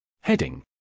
Heading